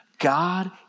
God